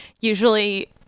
usually